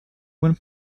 wind